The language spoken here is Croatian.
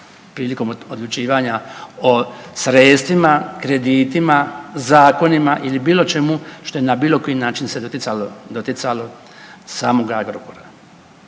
prilikom odlučivanja o sredstvima, kreditima, zakonima ili bilo čemu što je na bilo koji način se doticalo, doticalo samoga Agrokora.